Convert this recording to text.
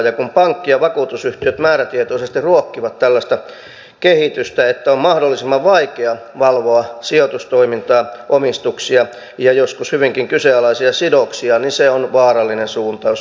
kun pankki ja vakuutusyhtiöt määrätietoisesti ruokkivat tällaista kehitystä että on mahdollisimman vaikea valvoa sijoitustoimintaa omistuksia ja joskus hyvinkin kyseenalaisia sidoksia niin se on vaarallinen suuntaus